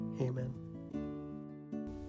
Amen